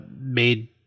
made